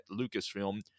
Lucasfilm